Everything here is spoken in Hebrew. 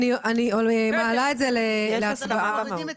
אני מעלה את זה להצבעה --- אנחנו מורידים את